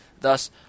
Thus